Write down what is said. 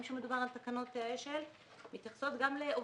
כאשר מדובר על תקנות האש"ל והן מתייחסות גם לעובדים